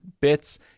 bits